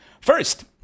First